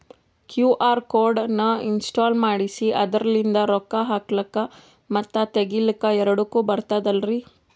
QR code ನ install ಮಾಡೆಸಿ ಅದರ್ಲಿಂದ ರೊಕ್ಕ ಹಾಕ್ಲಕ್ಕ ಮತ್ತ ತಗಿಲಕ ಎರಡುಕ್ಕು ಬರ್ತದಲ್ರಿ?